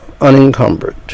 unencumbered